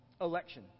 election